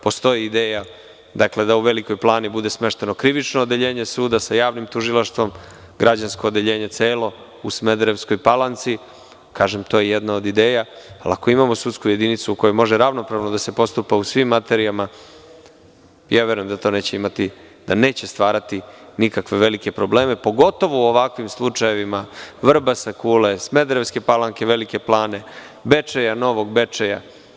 Postoji ideja da u Velikoj Plani bude smešteno krivično odeljenje suda sa javnim tužilaštvom, građansko odeljenje celo u Smederevskoj Palanci i to je jedna od ideja, ali ako imamo sudsku jedinicu kojom može ravnopravno da se postupa u svim materijama, ja verujem da to neće stvarati nikakve velike probleme, pogotovo u ovakvim slučajevima, Vrbasa, Kule, Smederevske Palanke, Velike Plane, Bečeja, Novog Bečeja.